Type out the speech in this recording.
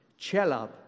Chelab